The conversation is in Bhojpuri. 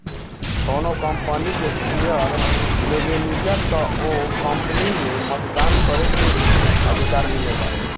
कौनो कंपनी के शेयर लेबेनिजा त ओ कंपनी में मतदान करे के भी अधिकार मिलेला